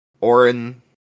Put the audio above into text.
Orin